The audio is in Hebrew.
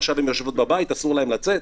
עכשיו הן יושבות ביית ואסור להן לצאת,